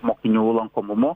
mokinių lankomumu